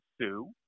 sue